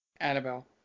annabelle